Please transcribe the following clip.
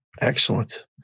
excellent